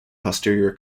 posterior